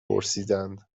پرسیدند